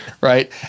Right